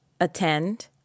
attend